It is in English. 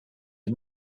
are